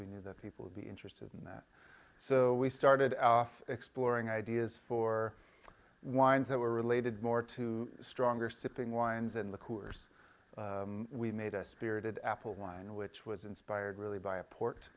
we knew that people would be interested in that so we started off exploring ideas for winds that were related more to stronger sipping wines in the coors we made a spirited apple wine which was inspired really by a port